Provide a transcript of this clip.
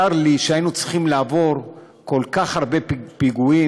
צר לי שהיינו צריכים לעבור כל כך הרבה פיגועים